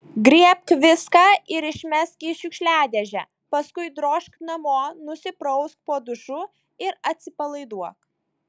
griebk viską ir išmesk į šiukšliadėžę paskui drožk namo nusiprausk po dušu ir atsipalaiduok